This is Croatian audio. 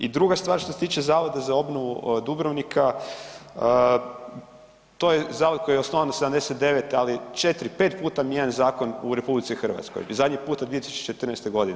I druga stvar, što se tiče Zavoda za obnovu Dubrovnika, to je zavod koji je osnovan '79., ali 4, 5 puta mijenjan zakon u RH, zadnji put 2014. godini.